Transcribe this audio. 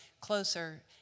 closer